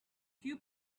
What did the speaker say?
few